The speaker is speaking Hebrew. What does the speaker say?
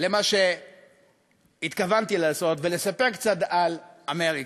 למה שהתכוונתי לעשות ולספר קצת על אמריקה.